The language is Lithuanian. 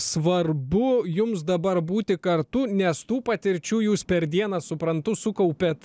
svarbu jums dabar būti kartu nes tų patirčių jūs per dieną suprantu sukaupiat